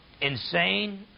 insane